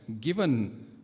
given